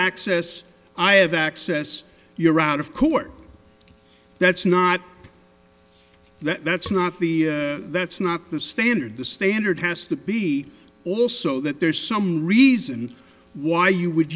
access i have access you're out of court that's not that's not the that's not the standard the standard has to be also that there's some reason why you would